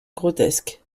grotesques